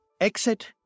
exit